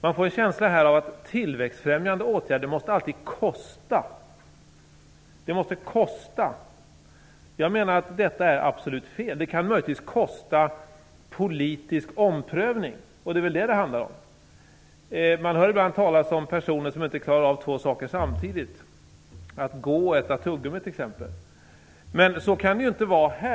Man får en känsla av att tillväxtfrämjande åtgärder alltid måste kosta. Jag menar att detta är absolut fel. Det kan möjligtvis kosta politisk omprövning, och det är väl det som det handlar om. Man hör ibland talas om personer som inte klarar av två saker samtidigt - att gå och tugga tuggummi, t.ex. Men så kan det ju inte vara här.